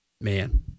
man